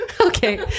okay